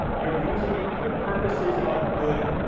you're using it for purposes of good,